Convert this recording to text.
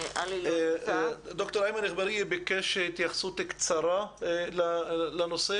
ד"ר איימן אגבריה ביקש התייחסות קצרה לנושא.